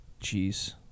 jeez